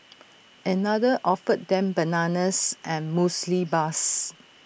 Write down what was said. another offered them bananas and Muesli Bars